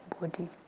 body